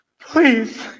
Please